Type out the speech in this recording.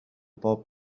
pob